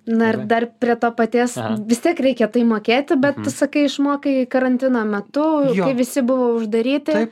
na ir dar prie to paties vis tiek reikia tai mokėti bet tu sakai išmokai karantino metu kai visi buvo uždaryti